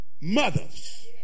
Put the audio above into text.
mothers